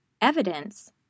evidence